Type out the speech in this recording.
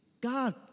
God